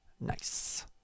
Nice